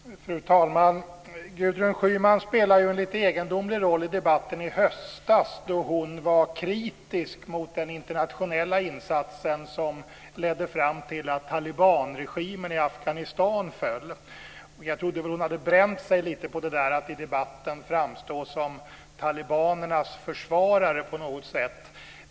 Fru talman! Gudrun Schyman spelade en lite egendomlig roll i debatten i höstas då hon var kritisk mot den internationella insatsen som ledde fram till att talibanregimen i Afghanistan föll. Jag trodde att hon hade bränt sig lite grann på att i debatten framstå som talibanernas försvarare på något sätt.